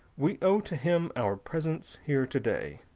we owe to him our presence here today.